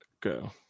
Go